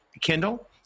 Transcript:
Kindle